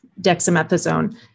dexamethasone